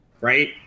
Right